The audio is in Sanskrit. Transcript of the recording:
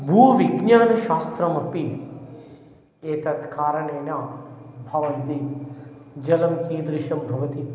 भूविज्ञानशास्त्रमपि एतत् कारणेन भवन्ति जलं कीदृशं भवति